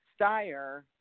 Steyer